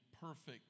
perfect